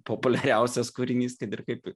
populiariausias kūrinys kad ir kaip